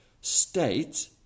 state